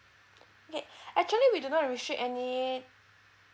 okay actually we do not restrict any